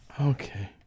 Okay